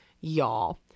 y'all